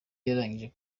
yarangije